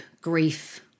grief